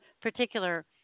particular